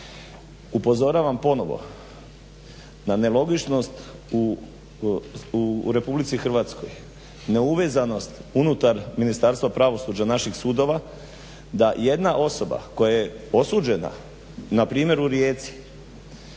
Upozoravam ponovo na nelogičnost u Republici Hrvatskoj, neuvezanost unutar Ministarstva pravosuđa naših sudova, da jedna osoba koja je osuđena na primjer u Rijeci